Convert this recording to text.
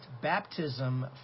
baptism